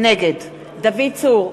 נגד דוד צור,